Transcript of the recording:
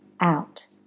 Out